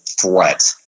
threat